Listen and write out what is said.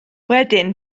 wedyn